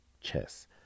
chess